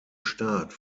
staat